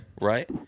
Right